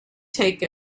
take